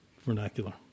vernacular